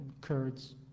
Kurds